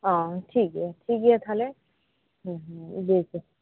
ᱚᱻ ᱴᱷᱤᱠ ᱜᱮᱭᱟ ᱴᱷᱤᱠ ᱜᱮᱭᱟ ᱛᱟᱦᱞᱮ ᱦᱮᱸ ᱦᱮᱸ ᱵᱮᱥ